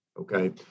Okay